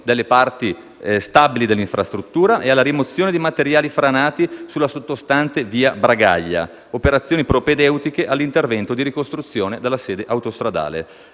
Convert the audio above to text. delle parti instabili dell'infrastruttura e alla rimozione di materiali franati sulla sottostante via Bragaglia, operazioni propedeutiche all'intervento di ricostruzione della sede autostradale.